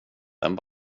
den